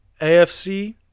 AFC